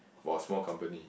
for a small company